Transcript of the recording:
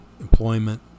employment